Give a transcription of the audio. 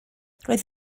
roedd